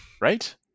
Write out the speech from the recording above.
Right